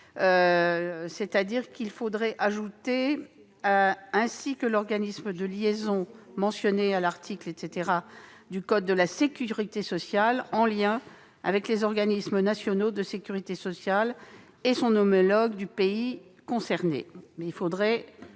l'ajout suivant :« ainsi que l'organisme de liaison mentionné à l'article [...] du code de la sécurité sociale en lien avec les organismes nationaux de sécurité sociale et son homologue du pays concerné.